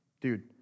dude